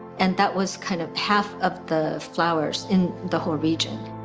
and that was kind of half of the flowers in the whole region.